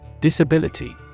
Disability